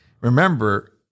remember